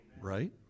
Right